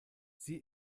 sie